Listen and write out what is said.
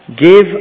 give